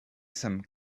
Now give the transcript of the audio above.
some